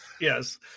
Yes